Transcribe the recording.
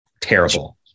terrible